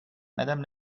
madame